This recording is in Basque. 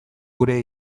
gure